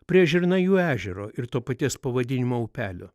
prie žirnajų ežero ir to paties pavadinimo upelio